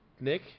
Nick